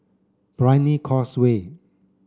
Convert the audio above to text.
Brani Causeway